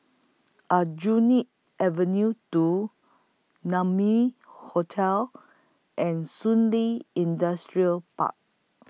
Aljunied Avenue two Naumi Hotel and Shun Li Industrial Park